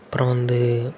அப்புறம் வந்து